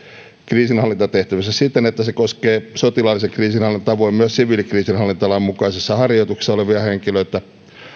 kriisinhallintatehtävissä siten että se koskee sotilaallisen kriisinhallinnan tavoin myös siviilikriisinhallintalain mukaisessa harjoituksessa olevia henkilöitä